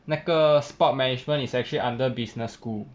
那个 sport management is actually under business school